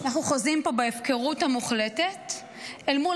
אנחנו חוזים פה בהפקרות המוחלטת אל מול